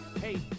hey